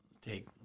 take